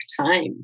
time